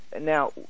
Now